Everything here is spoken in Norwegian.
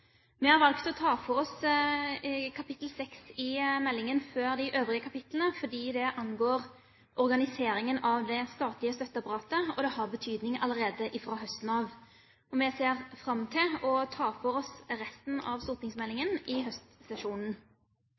Vi har valgt å ta for oss kapittel 6 i meldingen før de øvrige kapitlene, fordi det angår organiseringen av det statlige støtteapparatet, og det har betydning allerede fra høsten av. Vi ser fram til å ta for oss resten av stortingsmeldingen i høstsesjonen.